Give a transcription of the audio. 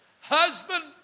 Husband